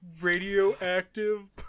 radioactive